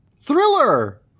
Thriller